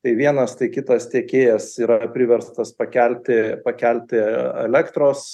tai vienas tai kitas tiekėjas yra priverstas pakelti pakelti elektros